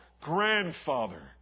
grandfather